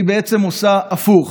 והיא בעצם עושה הפוך.